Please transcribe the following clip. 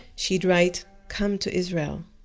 she'd write come to israel